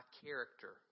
character